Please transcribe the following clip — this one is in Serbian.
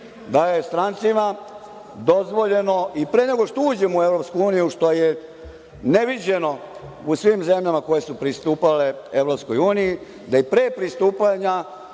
da je strancima dozvoljeno i pre nego što uđemo u EU, što je neviđeno u svim zemljama koje su pristupale EU, da i pre pristupanja